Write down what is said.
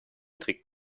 trägt